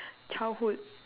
childhood